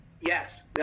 yes